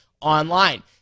online